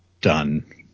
done